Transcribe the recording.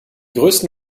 größten